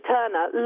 Turner